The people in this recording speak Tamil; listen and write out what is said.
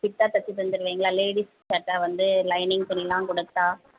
ஃபிட்டாக தைச்சு தந்துடுவீங்களா லேடிஸ் சட்டை வந்து லைனிங் துணியெல்லாம் கொடுத்தா